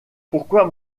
pourquoi